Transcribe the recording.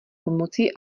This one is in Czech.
pomocí